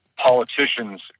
politicians